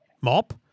mop